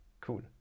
Cool